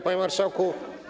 Panie Marszałku!